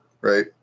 right